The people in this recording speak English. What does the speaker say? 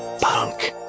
Punk